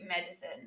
medicine